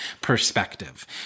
perspective